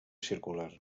circular